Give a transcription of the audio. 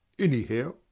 anyhow,